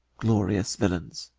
glorious villains.